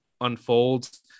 unfolds